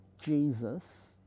Jesus